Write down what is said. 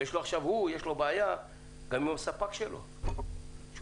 ויש לו עכשיו בעיה גם עם הספק שלו שממנו